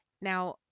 Now